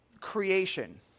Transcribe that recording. creation